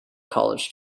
college